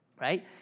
right